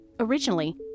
Originally